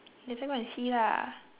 later go and see lah